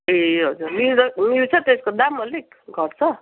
ए हजुर मिल्द मिल्छ त्यसको दाम अलिक घट्छ